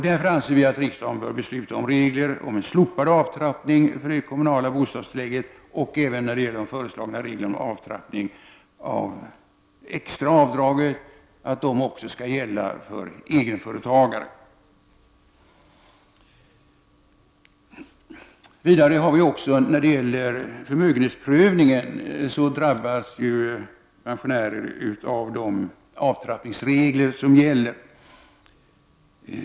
Därför anser vi att riksdagen bör besluta om regler om en slopad avtrappning av det kommunala bostadstillägget och att de föreslagna reglerna om avtrappning av extra avdrag även skall gälla egenföretagare. Pensionärerna drabbas även vid förmögenhetsprövning av de avtrappningsregler som gäller.